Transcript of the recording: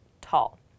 tall